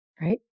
right